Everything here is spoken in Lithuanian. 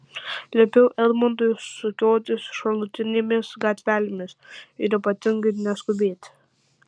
liepiau edmundui sukiotis šalutinėmis gatvelėmis ir ypatingai neskubėti